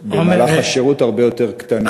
השאלה,